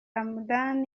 hamdan